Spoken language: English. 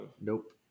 Nope